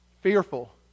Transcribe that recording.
Fearful